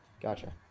Gotcha